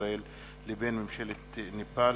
ישראל לבין ממשלת נפאל.